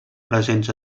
presents